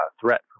threat